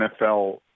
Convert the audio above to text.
NFL